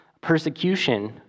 persecution